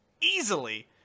easily